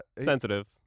sensitive